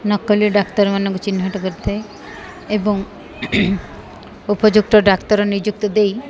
ନକଲି ଡାକ୍ତରମାନଙ୍କୁ ଚିହ୍ନଟ କରିଥାଏ ଏବଂ ଉପଯୁକ୍ତ ଡାକ୍ତର ନିଯୁକ୍ତ ଦେଇ